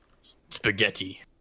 Spaghetti